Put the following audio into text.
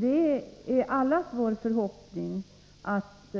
Det är allas vår förhoppning att